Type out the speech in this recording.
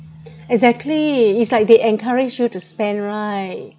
exactly it's like they encourage you to spend right